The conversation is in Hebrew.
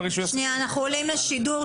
שלום.